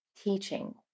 teaching